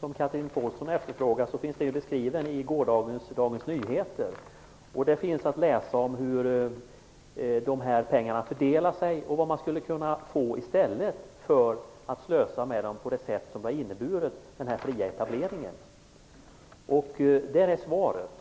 som Chatrine Pålsson efterfrågar finns den beskriven i gårdagens Dagens Nyheter. Där finns att läsa om hur de här pengarna fördelar sig och vad man skulle kunna få i stället för att slösa med dem på det sätt som den fria etableringen har inneburit. Där är svaret.